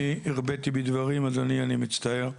אני הרבתי בדברים, אדוני, אני מצטער,